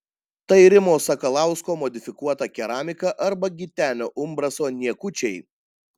tai rimo sakalausko modifikuota keramika arba gitenio umbraso niekučiai